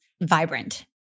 vibrant